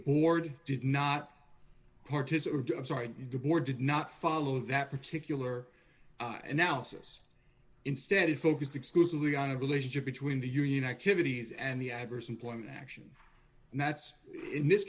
board did not participate i'm sorry the board did not follow that particular analysis instead focused exclusively on a relationship between the union activities and the adverse employment action and that's in this